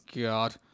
God